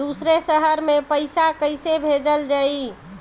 दूसरे शहर में पइसा कईसे भेजल जयी?